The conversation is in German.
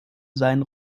seinen